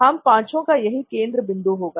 हम पांचों का यही केंद्र बिंदु होगा